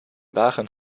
wagen